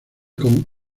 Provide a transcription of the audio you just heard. con